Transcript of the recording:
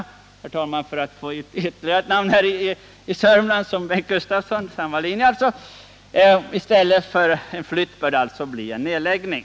Jag nämner det, herr talman, för att få ytterligare ett namn i Sörmland, varifrån Bengt Gustavsson ju kommer. I stället för en flyttning bör det alltså bli en nedläggning.